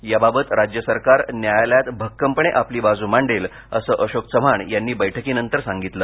याबाबत राज्य सरकार न्यायालयात भक्कमपणे आपली बाजू मांडेल असं अशोक चव्हाण यांनी बैठकीनंतर सांगितलं